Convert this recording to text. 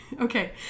okay